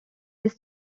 his